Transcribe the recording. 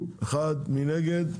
מי נגד?